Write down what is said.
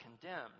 condemned